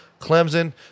Clemson